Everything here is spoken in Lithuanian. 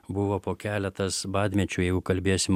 buvo po keletas badmečių jeigu kalbėsim